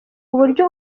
uburyo